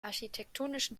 architektonischen